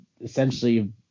essentially